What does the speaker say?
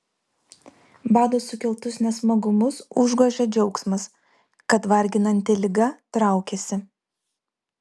bado sukeltus nesmagumus užgožia džiaugsmas kad varginanti liga traukiasi